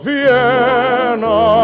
Vienna